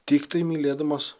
tiktai mylėdamas